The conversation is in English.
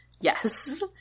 Yes